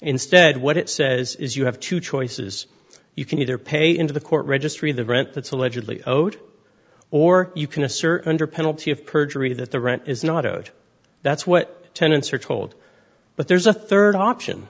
instead what it says is you have two choices you can either pay into the court registry the rent that's allegedly owed or you can assert under penalty of perjury that the rent is not owed that's what tenants are told but there's a third option